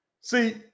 See